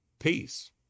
Peace